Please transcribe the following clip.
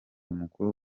mukuru